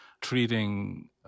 treating